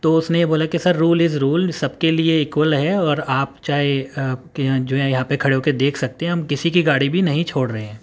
تو اس نے یہ بولا کہ سر رول از رول سب کے لیے ایکول ہے اور آپ چاہے کہ یہاں جو ہے یہاں پہ کھڑے ہو کے دیکھ سکتے ہیں ہم کسی کی گاڑی بھی نہیں چھوڑ رہے ہیں